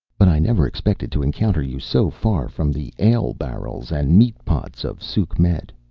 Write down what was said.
but i never expected to encounter you so far from the ale-barrels and meat-pots of sukhmet.